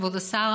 כבוד השר,